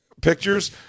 pictures